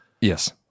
Yes